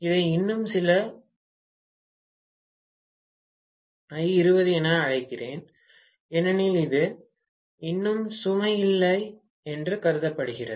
இதை இன்னும் சில I20 என அழைக்கிறேன் ஏனெனில் இது இன்னும் சுமை இல்லை என்று கருதப்படுகிறது